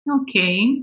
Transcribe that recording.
Okay